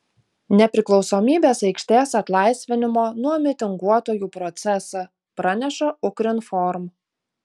nepriklausomybės aikštės atlaisvinimo nuo mitinguotojų procesą praneša ukrinform